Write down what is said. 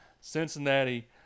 Cincinnati